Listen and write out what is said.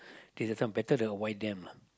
say sometimes better than the white damn lah